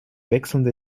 wechselnde